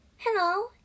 Hello